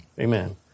Amen